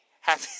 Happy